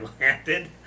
landed